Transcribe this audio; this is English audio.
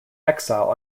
exile